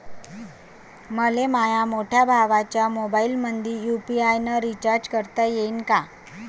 मले माह्या मोठ्या भावाच्या मोबाईलमंदी यू.पी.आय न रिचार्ज करता येईन का?